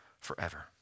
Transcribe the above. forever